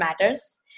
matters